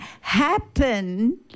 happen